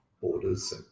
borders